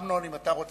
אמנון, אם אתה רוצה.